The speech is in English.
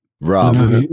Rob